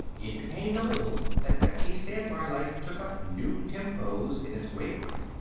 it became notable that betsy's standby light took up new tempos in its wavering.